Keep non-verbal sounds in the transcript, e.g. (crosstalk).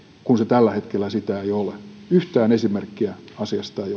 kun se tällä hetkellä sitä ei ole yhtään esimerkkiä asiasta ei (unintelligible)